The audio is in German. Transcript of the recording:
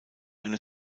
eine